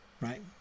right